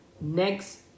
next